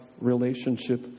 relationship